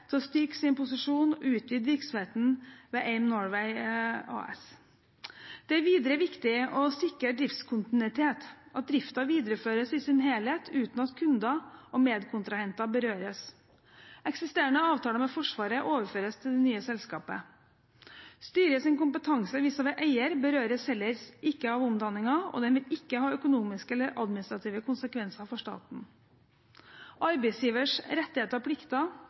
til å styrke sin posisjon og utvide virksomheten ved AIM Norway AS. Det er videre viktig å sikre driftskontinuitet – at driften videreføres i sin helhet uten at kunder og medkontrahenter berøres. Eksisterende avtaler med Forsvaret overføres til det nye selskapet. Styrets kompetanse vis-à-vis eier berøres heller ikke av omdanningen, og den vil ikke ha økonomiske eller administrative konsekvenser for staten. Arbeidsgivers rettigheter og plikter